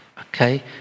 okay